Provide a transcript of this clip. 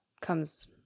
comes